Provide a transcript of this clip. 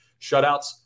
shutouts